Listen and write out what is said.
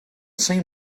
seem